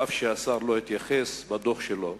אפילו שהשר לא התייחס לזה בדוח שלו,